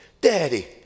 daddy